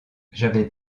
j’avais